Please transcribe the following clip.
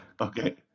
Okay